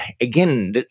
again